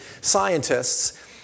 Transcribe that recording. scientists